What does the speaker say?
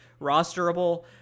rosterable